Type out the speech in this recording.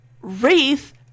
Wraith